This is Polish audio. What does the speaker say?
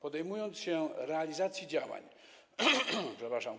Podejmując się realizacji działań,